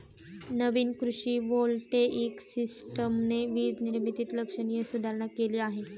नवीन कृषी व्होल्टेइक सिस्टमने वीज निर्मितीत लक्षणीय सुधारणा केली आहे